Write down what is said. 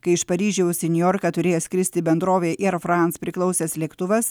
kai iš paryžiaus į niujorką turėjęs skristi bendrovei ier franc priklausęs lėktuvas